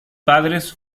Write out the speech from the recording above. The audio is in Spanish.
padres